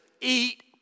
eat